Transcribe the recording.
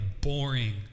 boring